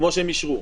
כמו שהם אישרו.